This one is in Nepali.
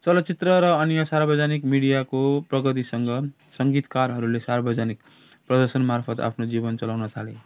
चलचित्र र अन्य सार्वजनिक मिडियाको प्रगतिसँग सङ्गीतकारहरूले सार्वजनिक प्रदर्शनमार्फत् आफ्नो जीवन चलाउन थाले